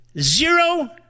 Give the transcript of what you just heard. Zero